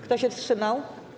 Kto się wstrzymał?